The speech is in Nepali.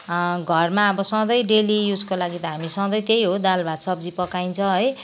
घरमा अब सधैँ डेली युजको लागि त हामी सधैँ त्यही हो दाल भात सब्जी पकाइन्छ है